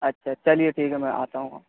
اچھا چلیے ٹھیک ہے میں آتا ہوں